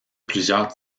plusieurs